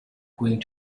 going